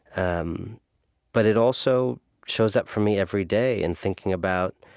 um but it also shows up for me every day in thinking about,